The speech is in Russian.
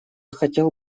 хотел